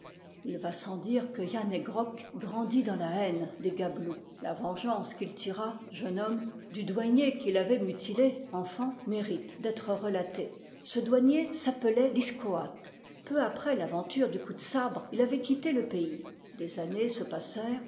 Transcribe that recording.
il va sans dire que yann he grok grandit dans la haine des gabelous la vengeance qu'il tira jeune homme du douanier qui l'avait mutilé enfant mérite d'être relatée ce douanier s'appelait liscoat peu après l'aventure du coup de sabre il avait quitté le pays des années se